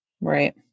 Right